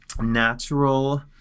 natural